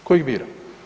Tko ih bira?